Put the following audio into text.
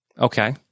Okay